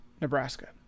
Nebraska